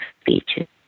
speeches